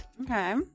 Okay